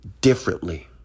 Differently